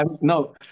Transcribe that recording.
No